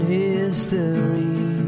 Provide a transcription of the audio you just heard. history